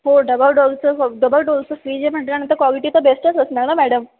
हो डबल डोरचं डबल डोरचं फ्रीज आहे म्हटल्यानंतर कॉलिटी तर बेस्टच असणार ना मॅडम